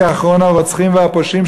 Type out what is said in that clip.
כאחרוני הרוצחים והפושעים,